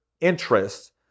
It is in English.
interest